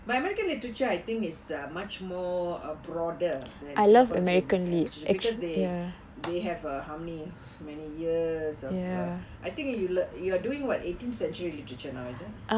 but american literature I think is much more uh broader than singapore lite~ literature because they they have a how many many years I think you you you're doing what eighteenth century literature now is it